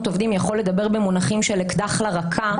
עובדים יכול לדבר במונחים של "אקדח לרקה",